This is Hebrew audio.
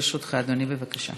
מאוד שמחים.